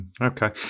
okay